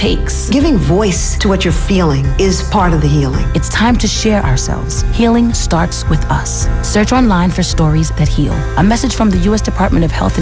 takes giving voice to what you're feeling is part of the healing it's time to share ourselves healing stocks with us search online for stories but here on message from the u s department of health